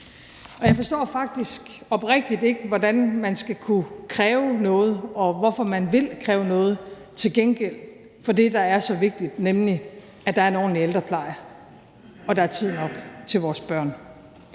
jeg forstår faktisk oprigtigt ikke, hvordan man skal kunne kræve noget og hvorfor man vil kræve noget til gengæld for det, der er så vigtigt, nemlig at der er en ordentlig ældrepleje, og at der er tid nok til vores børn.